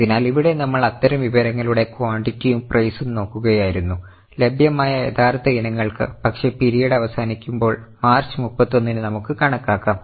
അതിനാൽ ഇവിടെ നമ്മൾ അത്തരം വിവരങ്ങളുടെ ക്വാണ്ടിറ്റിയും പ്രൈസും നോക്കുകയായിരുന്നുലഭ്യമായ യഥാർത്ഥ ഇനങ്ങൾക്ക്പക്ഷേ പീരിയഡ് അവസാനിക്കുമ്പോൾ മാർച്ച് 31 ന് നമുക്ക് കണക്കാക്കാം